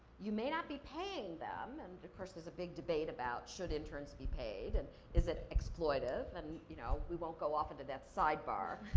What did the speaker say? you may not be paying them, of and course there's a big debate about should interns be paid, and is it exploitive, and you know, we won't go off into that sidebar,